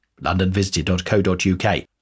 londonvisited.co.uk